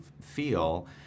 feel